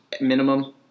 minimum